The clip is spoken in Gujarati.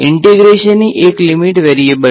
ઈંટેગ્રેશન ની એક લીમીટ વેરીએબલ છે